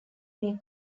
may